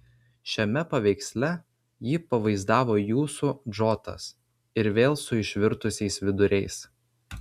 šiame paveiksle jį pavaizdavo jūsų džotas ir vėl su išvirtusiais viduriais